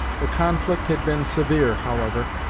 the conflict had been severe, however,